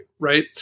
right